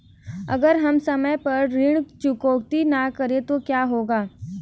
अगर हम समय पर ऋण चुकौती न करें तो क्या होगा?